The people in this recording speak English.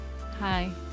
Hi